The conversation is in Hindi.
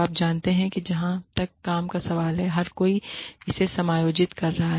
तो आप जानते हैं कि जहां तक काम का सवाल है हर कोई इसे समायोजित कर रहा है